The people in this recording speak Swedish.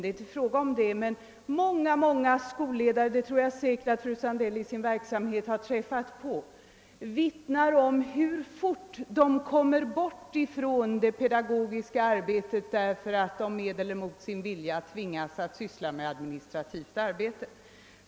Det är inte fråga om någonting sådant, men jag tror att fröken Sandell i sin verksamhet har sett hur fort skolledarna kommer bort från det pedagogiska arbetet därför att de tvingas att med eller mot sin vilja syssla med administrativt arbete.